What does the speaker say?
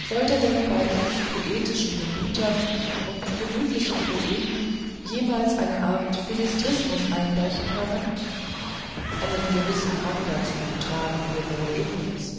sollte denn bei uns poetischen gemütern und gemütlichen poeten jemals eine art philistrismus einbrechen können einen gewissen hang dazu tragen wir wohl in uns